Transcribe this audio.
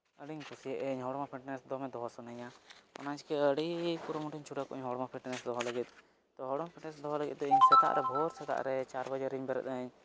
ᱟᱹᱰᱤᱧ ᱠᱩᱥᱤᱭᱟᱜᱼᱟ ᱦᱚᱲᱢᱚ ᱯᱷᱤᱴᱱᱮᱥ ᱫᱚᱢᱮ ᱫᱚᱦᱚ ᱥᱟᱱᱟᱧᱟ ᱚᱱᱟ ᱪᱤᱠᱟᱹ ᱟᱹᱰᱤ ᱠᱩᱨᱩᱢᱩᱴᱩᱧ ᱪᱷᱩᱴᱟᱹᱣ ᱠᱚᱜᱼᱟᱹᱧ ᱤᱧᱟᱹᱜ ᱦᱚᱲᱢᱚ ᱯᱷᱤᱴᱱᱮᱹᱥ ᱫᱚᱦᱚ ᱞᱟᱹᱜᱤᱫ ᱛᱚ ᱦᱚᱲᱢᱚ ᱯᱷᱤᱴᱱᱮᱹᱥ ᱫᱚᱦᱚ ᱞᱟᱹᱜᱤᱫ ᱛᱮ ᱤᱧ ᱥᱮᱛᱟᱜ ᱨᱮ ᱵᱷᱳᱨ ᱥᱮᱛᱟᱜ ᱨᱮ ᱪᱟᱨ ᱵᱟᱡᱮ ᱨᱤᱧ ᱵᱮᱨᱮᱫᱼᱟᱹᱧ